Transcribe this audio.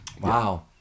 Wow